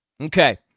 Okay